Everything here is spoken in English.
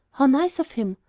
how nice of him!